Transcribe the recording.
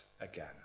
again